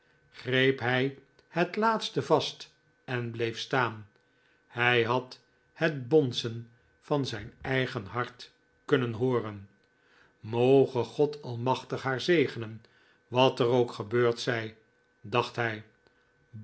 greep hij het laatste vast en bleef staan hij had het bonzen van zijn eigen hart kunnen hooren moge god almachtig haar zegenen wat er ook gebeurd zij dacht hij